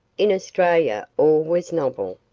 in australia all was novel,